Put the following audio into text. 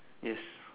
yes